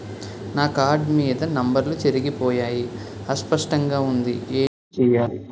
నా కార్డ్ మీద నంబర్లు చెరిగిపోయాయి అస్పష్టంగా వుంది ఏంటి చేయాలి?